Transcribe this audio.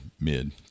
mid